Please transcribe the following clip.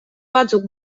batzuk